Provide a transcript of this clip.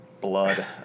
blood